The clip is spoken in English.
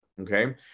okay